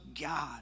God